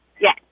Yes